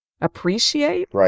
appreciate